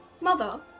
Mother